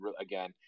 again